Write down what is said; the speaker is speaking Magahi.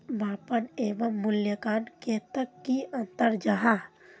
मापन एवं मूल्यांकन कतेक की अंतर जाहा?